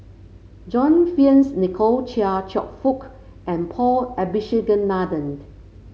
John Fearns Nicoll Chia Cheong Fook and Paul Abisheganaden